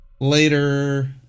later